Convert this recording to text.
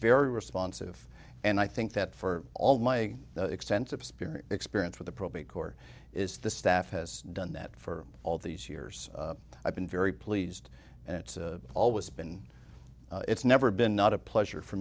very responsive and i think that for all my extensive spirit experience for the probate court is the staff has done that for all these yours i've been very pleased and it's always been it's never been not a pleasure for